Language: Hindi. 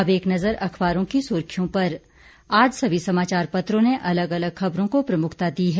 अब एक नजर अखबारों की सुर्खियों पर आज सभी समाचार पत्रों ने अलग अलग खबरों को प्रमुखता दी है